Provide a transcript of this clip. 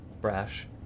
Brash